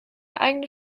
eigene